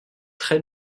très